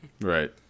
Right